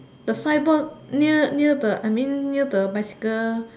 the signboard near near the I mean near the bicycle